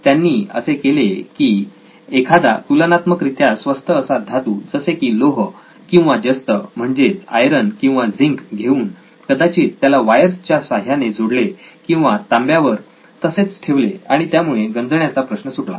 त्यांनी असे केले की एखादा तुलनात्मक रित्या स्वस्त असा धातू जसे की लोह किंवा जस्त म्हणजेच आयरन किंवा झिंक घेऊन कदाचित त्याला वायर्स च्या साह्याने जोडले किंवा तांब्यावर तसेच ठेवले आणि त्यामुळे गंजण्याचा प्रश्न सुटला